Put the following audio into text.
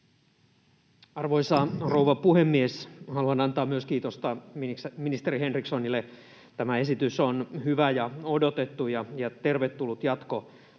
Arvoisa rouva puhemies! Haluan myös antaa kiitosta ministeri Henrikssonille. Tämä esitys on hyvä, odotettu ja tervetullut jatko